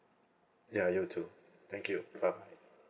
ya you too thank you bye bye